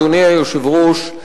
אדוני היושב-ראש,